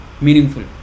meaningful